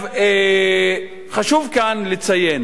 חשוב כאן לציין